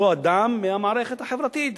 אותו אדם, מהמערכת החברתית,